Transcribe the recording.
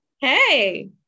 Hey